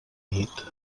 nit